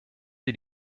sie